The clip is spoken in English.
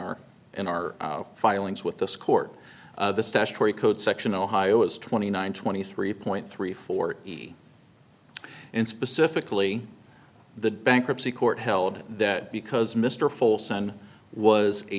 our in our filings with this court the statutory code section ohio is twenty nine twenty three point three four and specifically the bankruptcy court held that because mr full sun was a